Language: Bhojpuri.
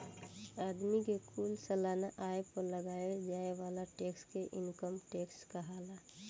आदमी के कुल सालाना आय पर लगावे जाए वाला टैक्स के इनकम टैक्स कहाला